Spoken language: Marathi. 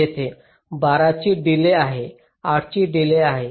येथे 12 ची डिलेज आहे 8 ची डिलेज आहे